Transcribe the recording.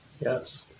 Yes